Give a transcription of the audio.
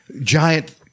Giant